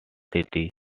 city